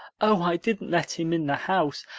oh, i didn't let him in the house.